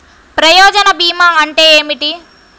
ప్రయోజన భీమా అంటే ఏమిటి?